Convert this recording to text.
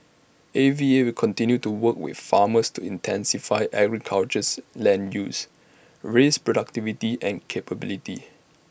A V A will continue to work with farmers to intensify agricultures land use raise productivity and capability